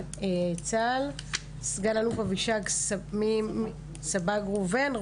צה"ל סגן אלוף אבישג סבג ראובן,